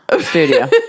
studio